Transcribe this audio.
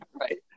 right